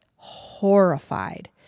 horrified